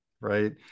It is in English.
right